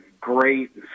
great